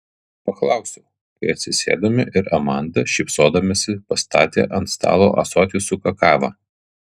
paklausiau kai atsisėdome ir amanda šypsodamasi pastatė ant stalo ąsotį su kakava